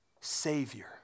Savior